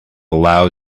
loud